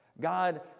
God